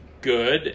good